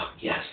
yes